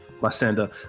Lysander